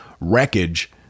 wreckage